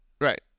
right